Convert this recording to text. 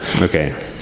Okay